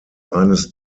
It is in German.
eines